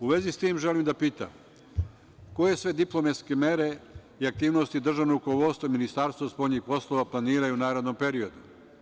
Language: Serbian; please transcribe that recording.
U vezi sa tim želim da pitam – koje sve diplomatske mere i aktivnosti državno rukovodstvo i Ministarstvo spoljnih poslova planiraju u narednom periodu?